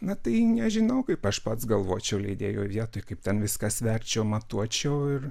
na tai nežinau kaip aš pats galvočiau leidėjo vietoj kaip ten viskas verčiau matuočiau ir